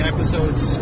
episodes